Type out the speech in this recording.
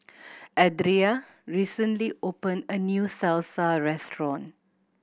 Adria recently opened a new Salsa Restaurant